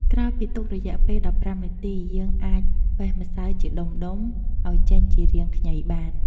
ក្រោយពីទុករយៈពេល១៥នាទី យើងអាចបេះម្សៅជាដុំៗឱ្យចេញជារាងខ្ញីបាន។